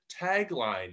tagline